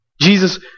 Jesus